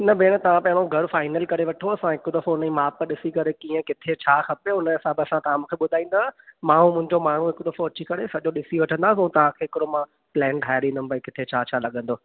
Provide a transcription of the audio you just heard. न भेण तव्हां पहिरों घरु फाइनल करे वठो असां हिकु दफ़ो हुन जी माप ॾिसी करे कीअं किथे छा खपे हुन हिसाब सां तव्हां मूंखे ॿुधाईंदा मां मुंहिंजो माण्हूं हिकु दफ़ो अची करे सॼो ॾिसी वठंदा पोइ तव्हां खे हिकिड़ो मां प्लैन ठाहे ॾींदुमि भई किथे छा छा लॻंदो